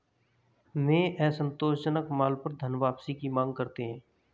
वे असंतोषजनक माल पर धनवापसी की मांग करते हैं